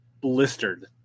blistered